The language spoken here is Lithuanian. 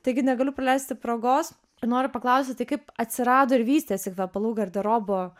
taigi negaliu praleisti progos ir noriu paklausti tai kaip atsirado ir vystėsi kvepalų garderobo